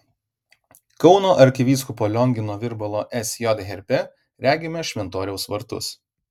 kauno arkivyskupo liongino virbalo sj herbe regime šventoriaus vartus